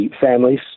families